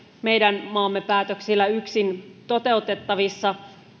meidän maamme päätöksillä yksin toteutettavissa